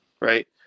right